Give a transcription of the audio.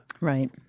right